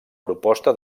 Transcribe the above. proposta